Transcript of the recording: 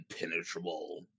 impenetrable